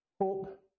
hope